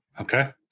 Okay